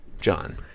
John